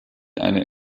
eine